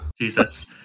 Jesus